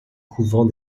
couvent